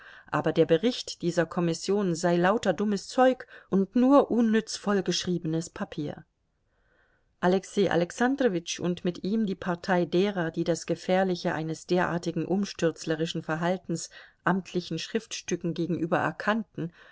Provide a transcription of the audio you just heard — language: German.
aber der bericht dieser kommission sei lauter dummes zeug und nur unnütz vollgeschriebenes papier alexei alexandrowitsch und mit ihm die partei derer die das gefährliche eines derartigen umstürzlerischen verhaltens amtlichen schriftstücken gegenüber erkannten